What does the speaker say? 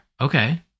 Okay